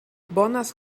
bones